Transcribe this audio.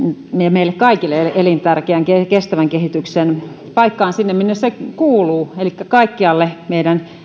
meille kaikille elintärkeän kestävän kehityksen paikkaan minne se kuuluu elikkä kaikkialle meidän